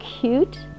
cute